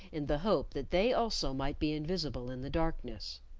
in the hope that they also might be invisible in the darkness.